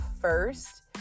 first